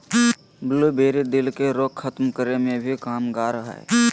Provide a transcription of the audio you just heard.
blueberry, दिल के रोग खत्म करे मे भी कामगार हय